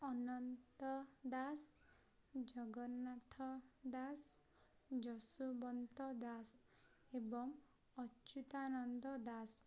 ଅନନ୍ତ ଦାସ ଜଗନ୍ନାଥ ଦାସ ଯଶବନ୍ତ ଦାସ ଏବଂ ଅଚ୍ୟୁତାନନ୍ଦ ଦାସ